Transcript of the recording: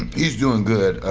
he's doing good.